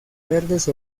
verdes